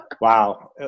Wow